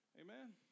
amen